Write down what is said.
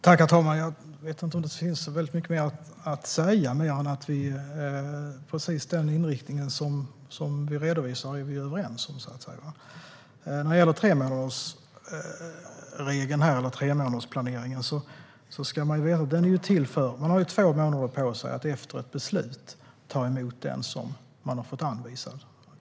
Herr talman! Jag och Gunilla Nordgren är överens om precis den inriktningen som vi redovisar. Tremånadersplaneringen är till för att kommunen har två månader på sig att efter ett beslut ta emot den man har fått anvisad.